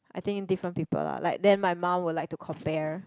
I think different people lah like then my mum will like to compare